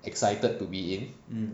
excited to be in